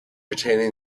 retaining